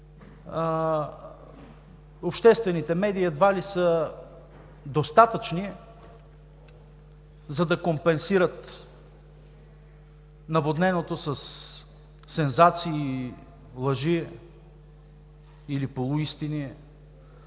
обществените медии едва ли са достатъчни, за да компенсират наводненото със сензации, лъжи или полуистини